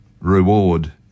reward